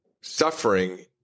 suffering